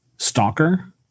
Stalker